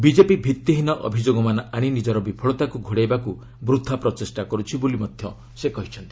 BJP ଭିଭିହୀନ ଅଭିଯୋଗମାନ ଆଣି ନିଜର ବିଫଳତାକୁ ଘୋଡ଼ାଇବାକୁ ବୃଥା ପ୍ରଚେଷ୍ଟା କରୁଛି ବୋଲି ସେ କହିଚ୍ଛନ୍ତି